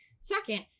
Second